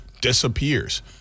disappears